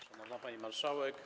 Szanowna Pani Marszałek!